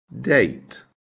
Date